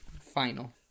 final